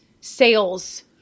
sales